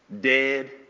Dead